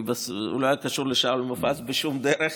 כי הוא לא היה קשור לשאול מופז בשום דרך